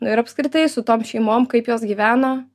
nu ir apskritai su tom šeimom kaip jos gyveno